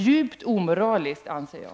Djupt omoraliskt, anser jag.